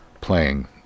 playing